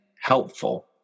helpful